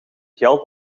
geld